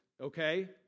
okay